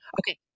Okay